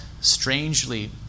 strangely